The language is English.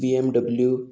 BMW